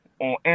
on